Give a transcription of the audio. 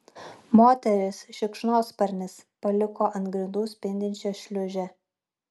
moteris šikšnosparnis paliko ant grindų spindinčią šliūžę